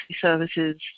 services